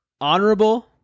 Honorable